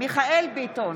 מיכאל מרדכי ביטון,